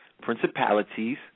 principalities